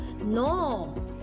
no